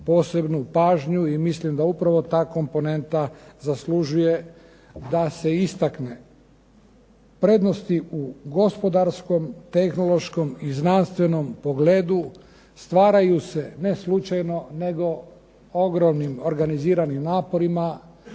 posebnu pažnju i mislim da upravo ta komponenta zaslužuje da se istakne. Prednosti u gospodarskom, tehnološkom i znanstvenom pogledu stvaraju se ne slučajno nego ogromnim organiziranim naporima